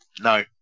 No